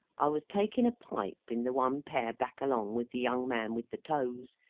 i was takin a pipe in the one pair back along with the young man with the toes,